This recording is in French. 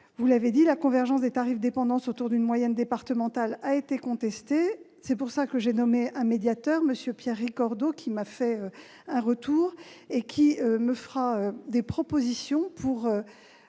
Vous l'avez dit, la convergence des tarifs dépendance autour d'une moyenne départementale a été contestée. C'est la raison pour laquelle j'ai nommé un médiateur, M. Pierre Ricordeau, qui m'a fait un retour et me fera des propositions pour